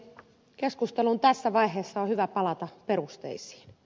keskustelun tässä vaiheessa on hyvä palata perusteisiin